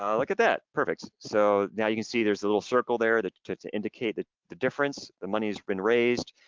um like at that, perfect. so now you can see there's a little circle there to to indicate the the difference. the money's been raised.